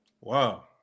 Wow